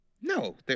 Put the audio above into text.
no